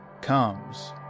comes